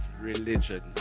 religion